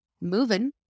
moving